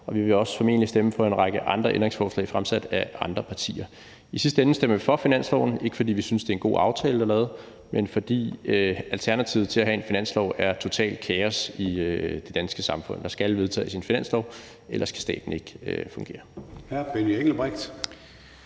Og vi vil formentlig også stemme for en række ændringsforslag fremsat af andre partier. I sidste ende stemmer vi for finansloven – ikke fordi vi synes, det er en god aftale, der er lavet, men fordi alternativet til at have en finanslov er totalt kaos i det danske samfund. Der skal vedtages en finanslov, ellers kan staten ikke fungere.